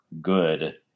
good